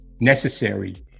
necessary